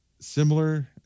similar